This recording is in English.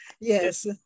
yes